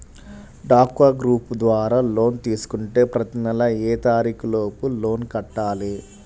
డ్వాక్రా గ్రూప్ ద్వారా లోన్ తీసుకుంటే ప్రతి నెల ఏ తారీకు లోపు లోన్ కట్టాలి?